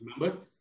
remember